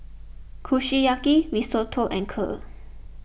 Kushiyaki Risotto and Kheer